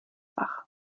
wach